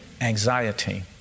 anxiety